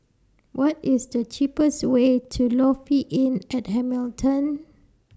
What IS The cheapest Way to Lofi Inn At Hamilton